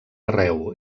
arreu